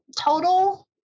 total